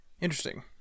Interesting